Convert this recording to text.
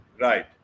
Right